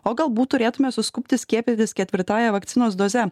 o galbūt turėtume suskubti skiepytis ketvirtąja vakcinos doze